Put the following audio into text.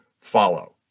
follow